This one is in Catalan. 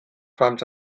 fams